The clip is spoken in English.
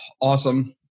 awesome